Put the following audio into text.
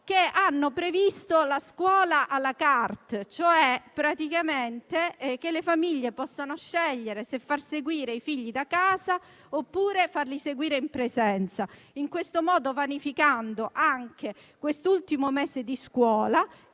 che hanno previsto la scuola *à la carte*. In pratica, le famiglie possono scegliere se far seguire ai figli i corsi da casa oppure se farli seguire in presenza, in questo modo vanificando anche quest'ultimo mese di scuola